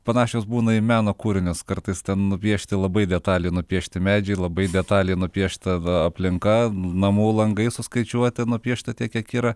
panašios būna į meno kūrinius kartais ten nupiešti labai detaliai nupiešti medžiai labai detaliai nupiešta ta aplinka namų langai suskaičiuoti nupiešta tiek kiek yra